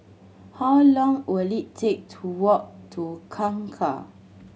how long will it take to walk to Kangkar